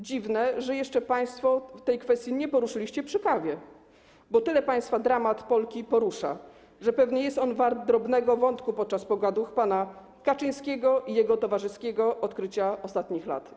Dziwne, że jeszcze państwo tej kwestii nie poruszyliście przy kawie, bo tyle państwa dramat Polki porusza, że pewnie jest on wart drobnego wątku podczas pogaduch pana Kaczyńskiego i jego towarzyskiego odkrycia ostatnich lat.